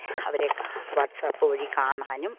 അവരൊക്കെ വാട്സാപ്പ് വഴി കാണാനും